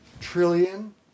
trillion